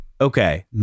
Okay